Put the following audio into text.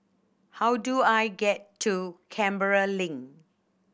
how do I get to Canberra Link